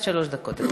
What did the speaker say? עד שלוש דקות.